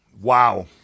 Wow